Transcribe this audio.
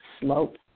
slope